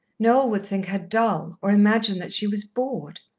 noel would think her dull, or imagine that she was bored.